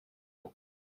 eux